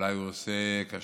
אולי הוא עושה כאשר